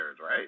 right